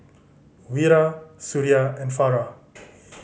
Wira Suria and Farah